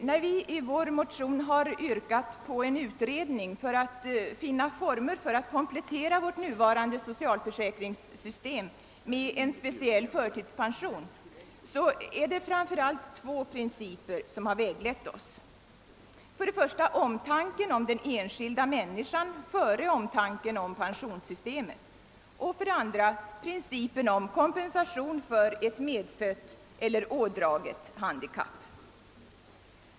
När vi i vår motion har yrkat på en utredning för att finna former för att komplettera nuvarande socialförsäkringssystem med en speciell förtidspension, är det framför allt två principer som har väglett oss: för det första omtanken om den enskilda människan före omtanken om pensionssystemet, för det andra principen om kompensation för ett medfött eller ådraget handikapp.